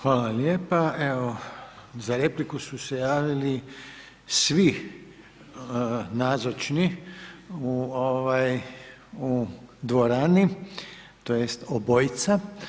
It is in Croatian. Hvala lijepa, evo za repliku su se javili, svi nazočni u ovaj u dvorani, tj. obojica.